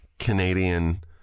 Canadian